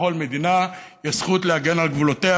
לכל מדינה יש זכות להגן על גבולותיה